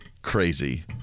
crazy